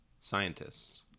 Scientists